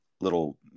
little